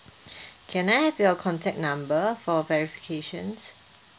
can I have your contact number for verification